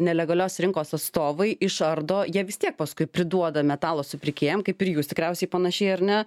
nelegalios rinkos atstovai išardo jie vis tiek paskui priduoda metalo supirkėjam kaip ir jūs tikriausiai panašiai ar ne